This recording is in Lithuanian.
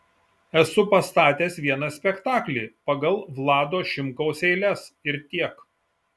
esu pastatęs vieną spektaklį pagal vlado šimkaus eiles ir tiek